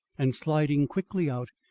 and sliding quickly out,